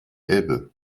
elbe